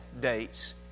dates